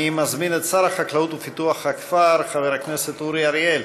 אני מזמין את שר החקלאות ופיתוח הכפר חבר הכנסת אורי אריאל